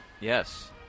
Yes